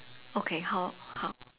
okay how how